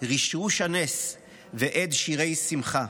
/ רשרוש הנס והד שירי שמחה.